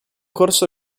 corso